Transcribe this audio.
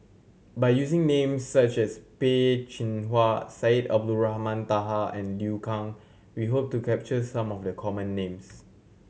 by using names such as Peh Chin Hua Syed Abdulrahman Taha and Liu Kang we hope to capture some of the common names